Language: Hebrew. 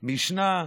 משנה,